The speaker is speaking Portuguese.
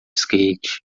skate